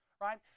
right